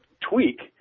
tweak